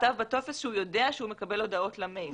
שכתב בטופס שהוא יודע שהוא מקבל הודעות למייל.